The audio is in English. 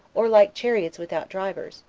or like chariots without drivers,